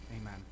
Amen